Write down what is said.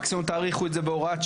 מקסימום תאריכו את זה בהוראת שעה.